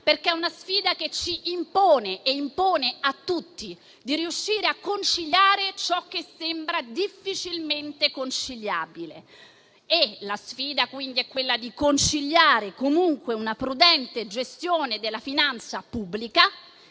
perché ci impone e impone a tutti di riuscire a conciliare ciò che sembra difficilmente conciliabile. La sfida è quella di conciliare una prudente gestione della finanza pubblica